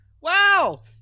Wow